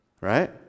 Right